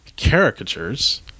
caricatures